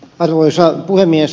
arvoisa puhemies